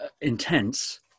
intense